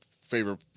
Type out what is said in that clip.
favorite